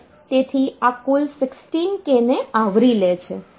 તેથી આ કુલ 16 k ને આવરી લે છે